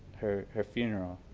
her her funeral